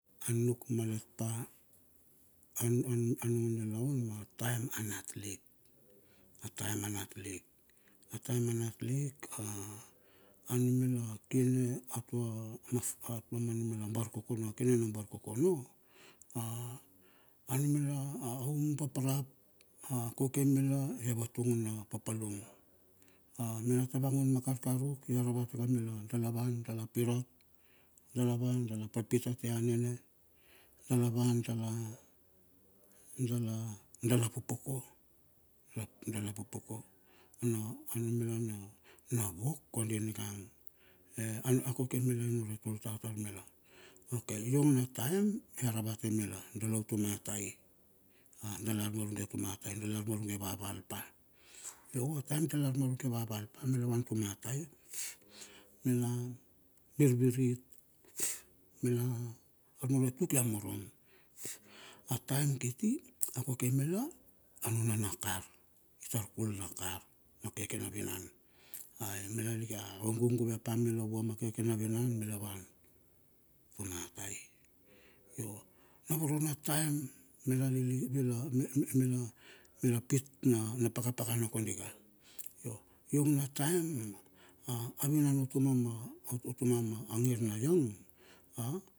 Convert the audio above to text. A nuk malet pa anu anu anung niloun a time a nat lik a time, a nat lik. A tiem ant lik a a numila kine atua naf a tua numila bar kokono kina na bar kokono a a numila a umubap rap, a kokoe mila ya vatung na papalum a mila tavoingun. Ma kar karuk ya ravate pa mila dalavan dala pirat, dala van dala papit a tia nene, dala van dala, dala dala popoko ap dala popoko na numila na na wok komdi niga ye a a kokoe mila nunure tul tar tar mila. Okey yong na time, ya ravate mila dala utuma tai, dala armarage atuma tai, dala armaruge utuma tai, dala armaruge wawal pa. Yong na time dala amaruge wawal pa mila wan utuma tai. Mila virvirit, mila armaruge tuk ya marom. A time kiti, a koke mila a nuna na kar itar kul na kar a keke na viran. Yai mila lik a ung guguve pa mila vua ma kekena vinan, mila vam tuma tai. Yo na voro na time mila nini mila, mila mila pit na pakapakana kondika. Yo yong na time a avinan utuma ma utuma ma ngir na yang ya.